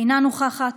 אינה נוכחת,